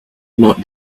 not